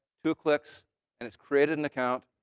two clicks and it's created an account,